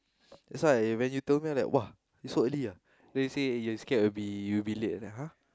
that's why when you told me I'm like !wah! you so early ah then you say you scared will be will be late then I like !huh!